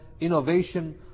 innovation